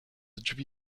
drzwi